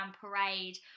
parade